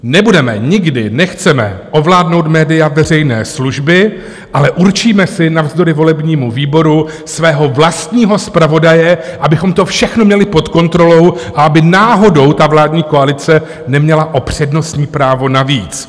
Nebudeme, nikdy nechceme ovládnout média veřejné služby, ale určíme si navzdory volebnímu výboru svého vlastního zpravodaje, abychom to všechno měli pod kontrolou a aby náhodou ta vládní koalice neměla o přednostní právo navíc.